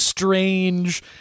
Strange